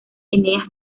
eneas